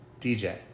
DJ